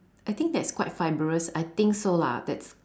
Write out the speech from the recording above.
I think that's quite fibrous I think so lah that's